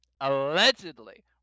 allegedly